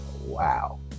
Wow